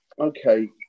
okay